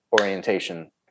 orientation